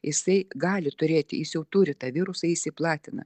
jisai gali turėti jis jau turi tą virusą jis jį platina